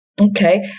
Okay